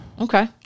Okay